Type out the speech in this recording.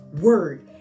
word